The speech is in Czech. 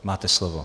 Máte slovo.